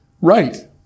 right